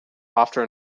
after